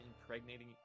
impregnating